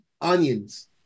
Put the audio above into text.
onions